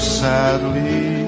sadly